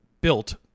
built